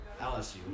LSU